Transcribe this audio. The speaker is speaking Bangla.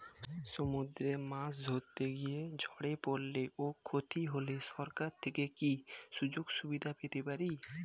সমুদ্রে মাছ ধরতে গিয়ে ঝড়ে পরলে ও ক্ষতি হলে সরকার থেকে কি সুযোগ সুবিধা পেতে পারি?